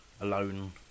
alone